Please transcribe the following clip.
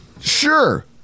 Sure